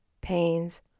pains